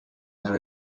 there